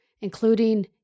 including